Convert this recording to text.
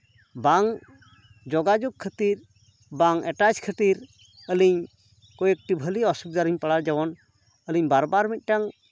ᱵᱟᱝ ᱡᱳᱜᱟᱡᱳᱜᱽ ᱠᱷᱟᱹᱛᱤᱨ ᱵᱟᱝ ᱮᱴᱟᱡ ᱠᱷᱟᱹᱛᱤᱨ ᱟᱹᱞᱤᱧ ᱠᱚᱭᱮᱠᱴᱤ ᱵᱷᱟᱹᱞᱤ ᱚᱥᱩᱵᱤᱫᱟ ᱨᱮᱞᱤᱧ ᱯᱟᱲᱟᱜᱼᱟ ᱡᱮᱢᱚᱱ ᱟᱹᱞᱤᱧ ᱵᱟᱨ ᱵᱟᱨ ᱢᱤᱫᱴᱟᱱ